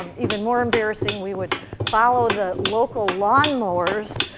even more embarrassing, we would follow the local lawn mowers,